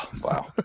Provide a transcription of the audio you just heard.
Wow